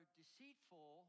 deceitful